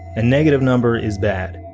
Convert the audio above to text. ah negative number is bad.